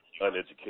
uneducated